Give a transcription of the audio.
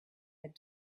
had